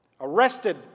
arrested